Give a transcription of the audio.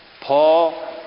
Paul